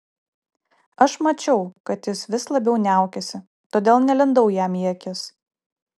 aš mačiau kad jis vis labiau niaukiasi todėl nelindau jam į akis